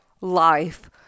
life